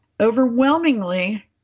overwhelmingly